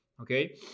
okay